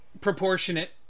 proportionate